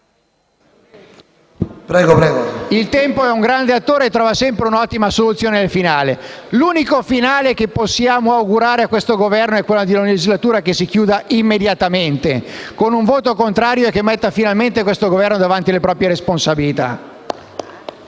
il tempo è un grande attore e trova sempre un'ottima soluzione per il finale. L'unico finale che possiamo augurare a questo Governo è che la legislatura si concluda immediatamente con un voto contrario e che metta finalmente il Governo davanti alle proprie responsabilità.